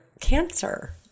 cancer